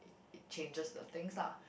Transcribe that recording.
it it changes the things lah